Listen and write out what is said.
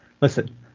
Listen